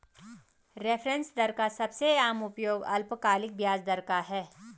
reference दर का सबसे आम उपयोग अल्पकालिक ब्याज दर का है